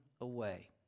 away